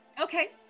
Okay